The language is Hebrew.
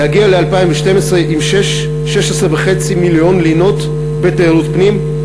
להגיע ל-2012 עם 16.5 מיליון לינות בתיירות פנים.